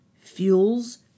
fuels